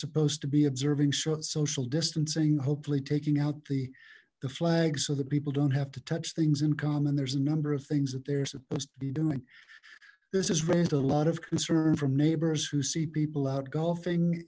supposed to be observing short social distancing hopefully taking out the flag so that people don't have to touch things income and there's a number of things that they're supposed to be doing this has raised a lot of concern from neighbors who see people out golfing